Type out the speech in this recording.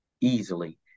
easily